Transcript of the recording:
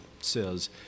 says